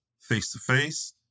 face-to-face